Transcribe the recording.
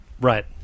right